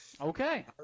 Okay